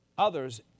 others